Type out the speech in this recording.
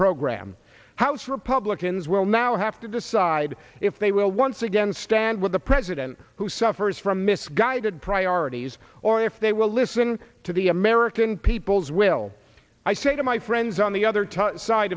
program house republicans will now have to decide if they will once again stand with the president who suffers from misguided priorities or if they will listen to the american people's will i say to my friends on the other